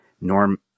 norm